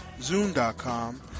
Zoom.com